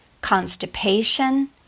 constipation